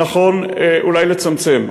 נכון אולי לצמצם,